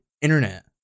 internet